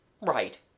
right